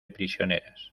prisioneras